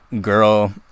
girl